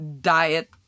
diet